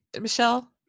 Michelle